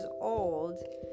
old